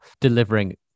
delivering